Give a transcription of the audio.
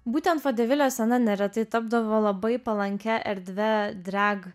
būtent vodevilio scena neretai tapdavo labai palankia erdve drag